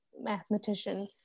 mathematician